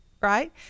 right